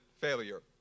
failure